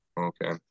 okay